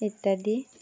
ইত্যাদি